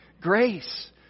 grace